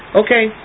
Okay